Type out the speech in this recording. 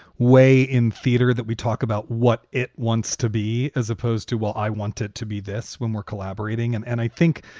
way in theater that we talk about what it wants to be as opposed to what i want it to be. this when we're collaborating. and and i think,